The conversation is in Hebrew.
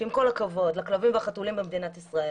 עם כל הכבוד לכלבים ולחתולים במדינת ישראל,